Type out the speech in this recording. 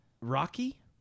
Rocky